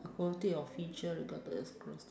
quality or feature regarded as a characteristic